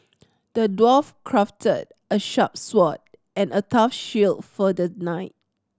the dwarf crafted a sharp sword and a tough shield for the knight